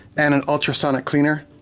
and an ultra-sonic cleaner,